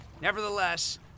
nevertheless